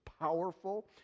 powerful